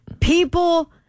People